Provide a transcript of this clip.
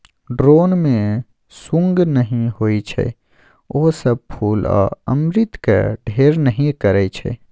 drone मे सुंग नहि होइ छै ओ सब फुल आ अमृतक ढेर नहि करय छै